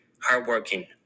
Hardworking